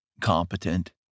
competent